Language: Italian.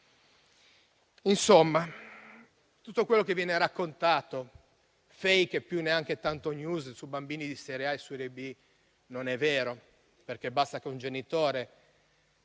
Insomma, tutto quello che viene raccontato, *fake* e più neanche tanto *news*, su bambini di serie A e serie B, non è vero. Basta che un genitore